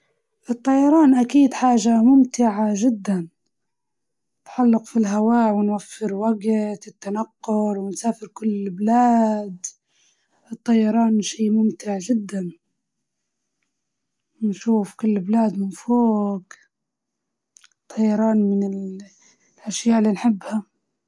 الطيران أكيد حاجة ممتعة، وتوفر وجت التنقل، وتطير فوق السحاب، حتى شعورها ممتع إنه نطير فوج السحاب والهوا، فالطيران افضل.